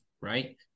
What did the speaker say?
Right